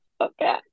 Okay